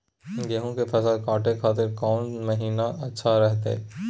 गेहूं के फसल काटे खातिर कौन मसीन अच्छा रहतय?